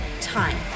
time